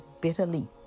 bitterly